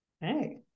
Hey